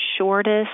shortest